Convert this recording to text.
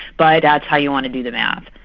but that's how you want to do the maths,